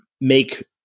make